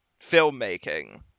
filmmaking